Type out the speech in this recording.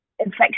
Infection